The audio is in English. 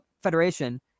Federation